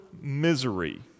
misery